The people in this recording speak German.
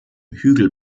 hügel